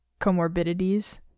comorbidities